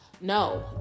No